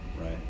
right